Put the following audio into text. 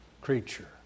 creature